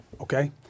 Okay